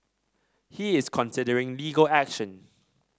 he is considering legal action